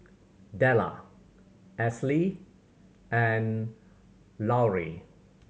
Dellar Esley and Lauri